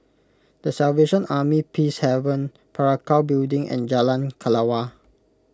the Salvation Army Peacehaven Parakou Building and Jalan Kelawar